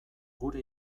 gure